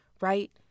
right